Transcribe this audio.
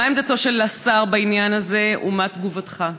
מה עמדתו של השר בעניין הזה ומה תגובתך?